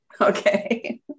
okay